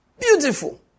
Beautiful